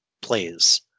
plays